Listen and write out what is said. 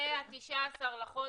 זה ה-19 בחודש.